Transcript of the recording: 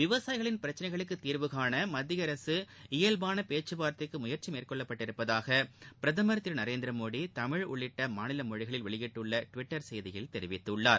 விவசாயிகளின் பிரச்சினைகளுக்கு தீர்வுகாண மத்திய அரசு சார்பில்கமுகமானபேச்சுவார்த்தைக்கு முயற்சி மேற்கொள்ளப்பட்டுள்ளதாக பிரதமர் திரு நரேந்திர மோடி தமிழ் உள்ளிட்ட மாநில மொழிகளில் வெளியிட்டுள்ள ட்விட்டர் செய்தியில் தெரிவித்துள்ளார்